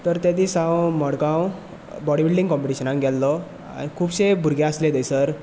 तर त्या दिसा हांव मडगांव बॉडी बिल्डींग कॉम्पटिशनाक गेल्लो आनी खुबशे भुरगे आसले थंयसर